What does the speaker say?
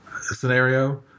scenario